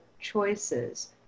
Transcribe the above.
choices